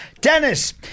Dennis